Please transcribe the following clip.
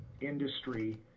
industry